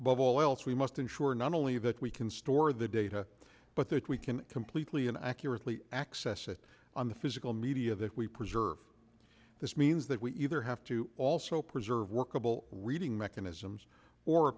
above all else we must ensure not only that we can store the data but that we can completely and accurately access it on the physical media that we preserve this means that we either have to also preserve workable reading mechanisms or